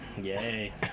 Yay